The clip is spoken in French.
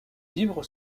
vivre